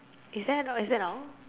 is that no is that no